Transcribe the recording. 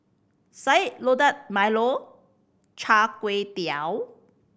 Sayur Lodeh milo Char Kway Teow